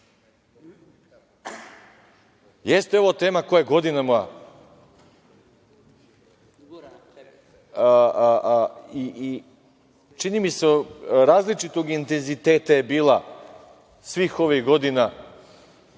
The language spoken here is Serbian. poena. Jeste ovo tema koja godinama… Čini mi se različitog inteziteta je bila svih ovih godina